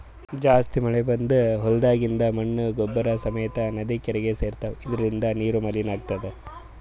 ಜಾಸ್ತಿ ಮಳಿ ಬಂದ್ ಹೊಲ್ದಾಗಿಂದ್ ಮಣ್ಣ್ ಗೊಬ್ಬರ್ ಸಮೇತ್ ನದಿ ಕೆರೀಗಿ ಸೇರ್ತವ್ ಇದರಿಂದ ನೀರು ಮಲಿನ್ ಆತದ್